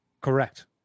Correct